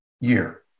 year